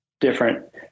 different